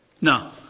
No